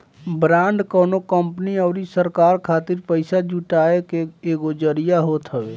bond कवनो company अउरी सरकार खातिर पईसा जुटाए के एगो जरिया होत हवे